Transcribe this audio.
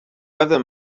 weather